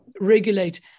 regulate